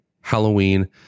Halloween